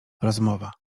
rozmowa